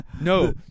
No